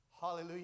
Hallelujah